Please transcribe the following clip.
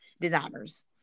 designers